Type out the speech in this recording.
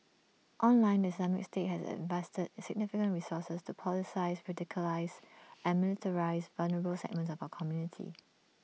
online the Islamic state has invested significant resources to politicise radicalise and militarise vulnerable segments of our community